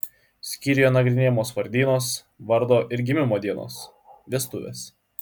skyriuje nagrinėjamos vardynos vardo ir gimimo dienos vestuvės